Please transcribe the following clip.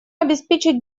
обеспечить